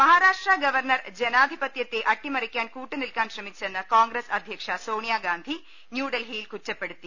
Maharashtra governor ജനാധിപത്യത്തെ അട്ടിമറിക്കാൻ കൂട്ടു നിൽക്കാൻ ശ്രമിച്ചെന്ന് കോൺഗ്രസ് അധ്യക്ഷ സോണിയാഗാന്ധി ന്യൂഡൽഹിയിൽ കുറ്റപ്പെടുത്തി